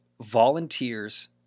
volunteers